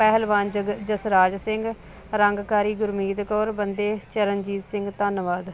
ਪਹਿਲਵਾਨ ਜਗ ਜਸਰਾਜ ਸਿੰਘ ਰੰਗਕਾਰੀ ਗੁਰਮੀਤ ਕੌਰ ਬੰਦੇ ਚਰਨਜੀਤ ਸਿੰਘ ਧੰਨਵਾਦ